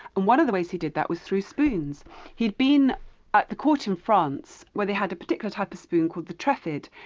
and one of the ways he did that was through spoons he'd been at the court in france where they had a particular type of spoon called the trefid.